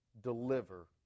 deliver